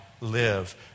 live